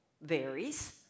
varies